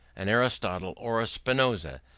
an aristotle or a spinoza,